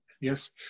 Yes